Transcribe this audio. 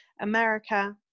America